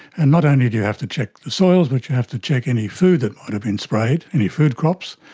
and not only do you have to check the soils but you have to check any food that might have been sprayed, any food crops,